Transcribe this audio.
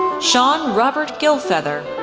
sean robert gilfether,